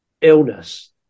illness